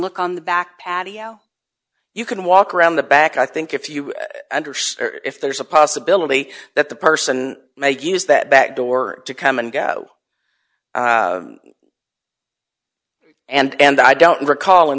look on the back patio you can walk around the back i think if you if there's a possibility that the person may use that back door to come and go and i don't recall in